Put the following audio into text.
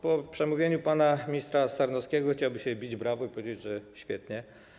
Po przemówieniu pana ministra Sarnowskiego chciałoby się bić brawo i powiedzieć: świetnie.